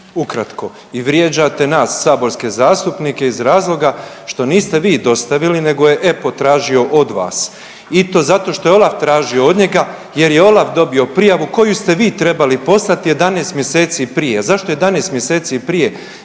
ukratko i vrijeđate nas saborske zastupnike iz razloga što niste vi dostavili nego je EPPO tražio od vas. I to zato što je OLAF tražio od njega jer je OLAF dobio prijavu koju ste vi trebali poslati 11 mjeseci prije. Zašto 11 mjeseci prije?